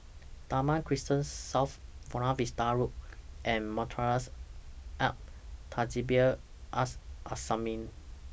Damai Crescent South Buona Vista Road and Madrasah Al Tahzibiah Al Islamiah